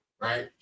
right